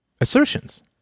assertions